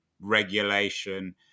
regulation